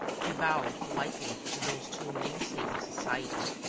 he bowed politely to those two mainstays of society,